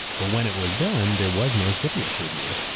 but when it was done, there was no cfius review.